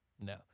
No